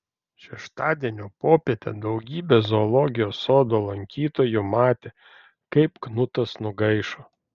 šeštadienio popietę daugybė zoologijos sodo lankytojų matė kaip knutas nugaišo